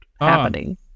happening